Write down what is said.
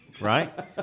right